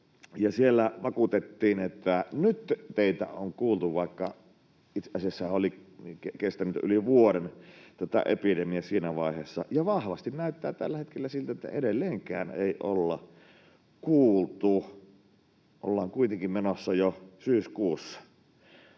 siellä vakuutettiin, että nyt teitä on kuultu, vaikka itse asiassahan oli kestänyt yli vuoden tätä epidemiaa siinä vaiheessa — ja vahvasti näyttää tällä hetkellä siltä, että edelleenkään ei olla kuultu. Ollaan kuitenkin menossa jo syyskuussa.